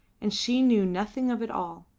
and she knew nothing of it all.